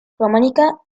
románica